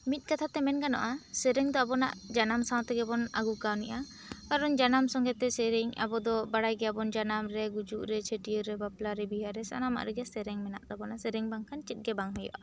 ᱢᱤᱫ ᱠᱟᱛᱷᱟ ᱛᱮ ᱢᱮᱱ ᱜᱟᱱᱚᱜᱼᱟ ᱥᱮᱨᱮᱧ ᱫᱚ ᱟᱵᱚᱱᱟᱜ ᱡᱟᱱᱟᱢ ᱥᱟᱶ ᱛᱮᱜᱮ ᱵᱚᱱ ᱟᱜᱩ ᱠᱟᱣᱱᱤᱜᱼᱟ ᱠᱟᱨᱚᱱ ᱡᱟᱱᱟᱢ ᱥᱚᱝᱜᱮ ᱛᱮ ᱥᱮᱨᱮᱧ ᱟᱵᱚ ᱫᱚ ᱵᱟᱲᱟᱭ ᱜᱮᱭᱟᱵᱚᱱ ᱡᱟᱱᱟᱢ ᱨᱮ ᱜᱩᱡᱩᱜ ᱨᱮ ᱪᱷᱟᱹᱴᱭᱟᱹᱨ ᱨᱮ ᱵᱟᱯᱞᱟ ᱨᱮ ᱵᱤᱦᱟ ᱨᱮ ᱥᱟᱱᱟᱢᱟᱜ ᱨᱮ ᱜᱤ ᱥᱮᱨᱮᱧ ᱥᱟᱱᱟᱢᱟᱜ ᱨᱮᱜᱮ ᱥᱮᱨᱮᱧ ᱢᱮᱱᱟᱜ ᱛᱟᱵᱚᱱᱟ ᱥᱮᱨᱮᱧ ᱵᱟᱝ ᱠᱷᱟᱱ ᱪᱮᱫ ᱦᱚ ᱵᱟᱝ ᱦᱩᱭᱩᱜᱼᱟ